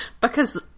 Because-